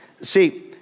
see